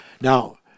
Now